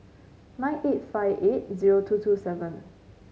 nine eight five eight zero two two seven